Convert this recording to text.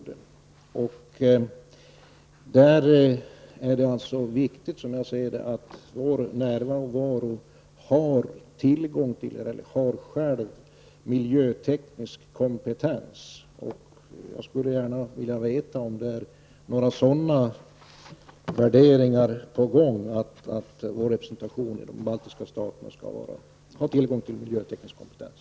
Det är viktigt att vår närvaro har miljöteknisk kompetens. Jag skulle gärna vilja veta om det finns några sådana tankar på gång, nämligen att vår representation i de baltiska staterna skall ha tillgång till miljöteknisk kompetens.